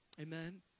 Amen